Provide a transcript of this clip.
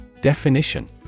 Definition